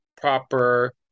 proper